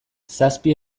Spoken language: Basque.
zazpi